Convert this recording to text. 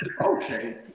Okay